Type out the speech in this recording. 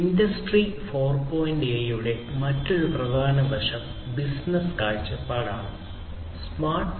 industry 4